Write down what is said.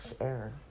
air